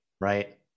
right